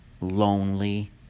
lonely